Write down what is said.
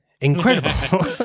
incredible